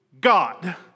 God